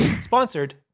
Sponsored